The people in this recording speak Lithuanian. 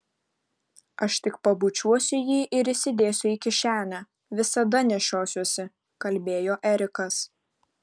aš tik pabučiuosiu jį ir įsidėsiu į kišenę visada nešiosiuosi kalbėjo erikas